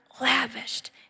lavished